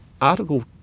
Article